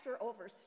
over